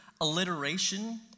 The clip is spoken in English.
Alliteration